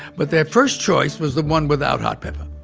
but their first choice was the one without hot pepper.